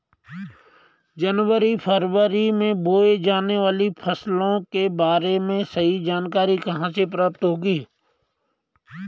जनवरी फरवरी में बोई जाने वाली फसलों के बारे में सही जानकारी कहाँ से प्राप्त होगी?